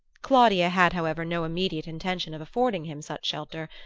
claudia had however no immediate intention of affording him such shelter.